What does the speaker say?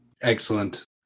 Excellent